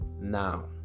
now